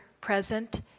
present